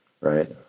right